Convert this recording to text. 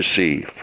receive